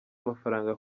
mafaranga